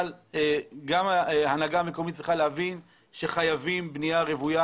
אבל גם ההנהגה המקומית צריכה להבין שחייבים בנייה רוויה